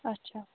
اچھا